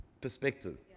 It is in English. perspective